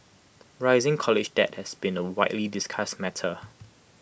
rising college debt has been A widely discussed matter